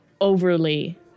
overly